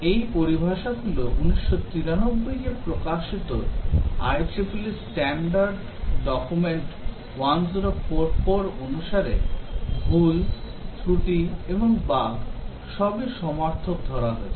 এই পরিভাষাগুলো 1993 এ প্রকাশিত IEEE স্ট্যান্ডার্ড নথি 1044 অনুসারে ভুল ত্রুটি এবং বাগ সবই সমার্থক ধরা হয়েছে